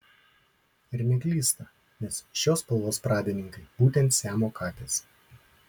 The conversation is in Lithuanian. ir neklysta nes šios spalvos pradininkai būtent siamo katės